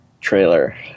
trailer